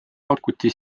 pakuti